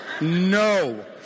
No